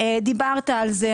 דיברת על זה.